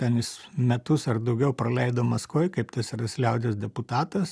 ten jis metus ar daugiau praleido maskvoj kaip tsrs liaudies deputatas